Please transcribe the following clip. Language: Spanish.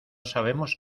sabemos